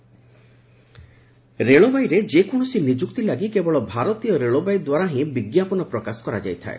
railway recruitment ରେଳବାଇରେ ଯେକୌଣସି ନିଯୁକ୍ତି ଲାଗି କେବଳ ଭାରତୀୟ ରେଳବାଇ ଦ୍ୱାରା ହିଁ ବିଜ୍ଞାପନ ପ୍ରକାଶ କରାଯାଇଥାଏ